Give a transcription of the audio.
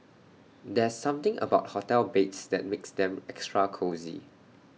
there's something about hotel beds that makes them extra cosy